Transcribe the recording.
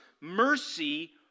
mercy